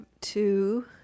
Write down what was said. two